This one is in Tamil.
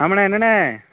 ஆமாண்ணே என்னண்ணே